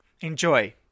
Enjoy